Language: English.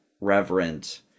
reverent